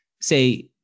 say